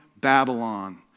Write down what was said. Babylon